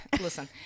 Listen